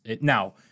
now